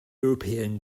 european